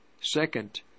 second